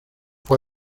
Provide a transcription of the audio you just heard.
fue